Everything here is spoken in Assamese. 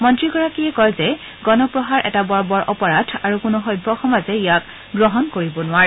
মন্ত্ৰীগৰাকীয়ে কয় যে গণপ্ৰহাৰ এটা বৰ্বৰ অপৰাধ আৰু কোনো সভ্য সমাজে ইয়াক গ্ৰহণ কৰিব নোৱাৰে